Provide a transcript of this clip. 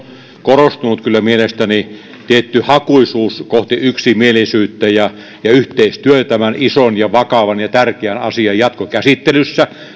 korostunut kyllä mielestäni tietty hakuisuus kohti yksimielisyyttä ja ja yhteistyö tämän ison ja vakavan ja tärkeän asian jatkokäsittelyssä on